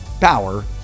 power